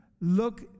look